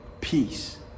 Peace